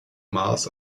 maß